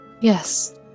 yes